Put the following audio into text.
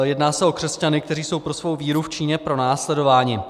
Jedná se o křesťany, kteří jsou pro svou víru v Číně pronásledováni.